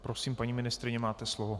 Prosím, paní ministryně, máte slovo.